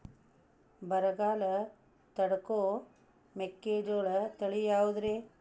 ಬರಗಾಲ ತಡಕೋ ಮೆಕ್ಕಿಜೋಳ ತಳಿಯಾವುದ್ರೇ?